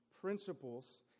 principles